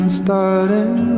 starting